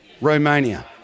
Romania